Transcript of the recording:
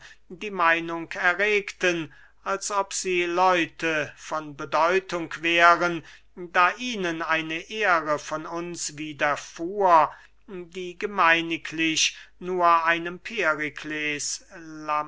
die meinung erregten als ob sie leute von bedeutung wären da ihnen eine ehre von uns wiederfuhr die gemeiniglich nur einem